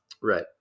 Right